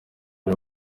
ari